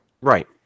right